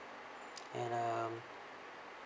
and um